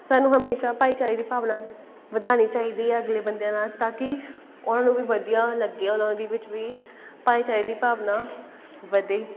ਸਾਨੂੰ ਹਮੇਸ਼ਾ ਭਾਈਚਾਰੇ ਦੀ ਭਾਵਨਾ ਵਧਾਉਣੀ ਚਾਹੀਦੀ ਆ ਅਗਲੇ ਬੰਦਿਆਂ ਨਾਲ ਤਾਂ ਕਿ ਉਹਨਾਂ ਨੂੰ ਵੀ ਵਧੀਆ ਲੱਗੇ ਉਹਨਾਂ ਦੇ ਵਿੱਚ ਵੀ ਭਾਈਚਾਰੇ ਦੀ ਭਾਵਨਾ ਵਧੇ